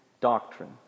doctrine